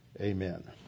Amen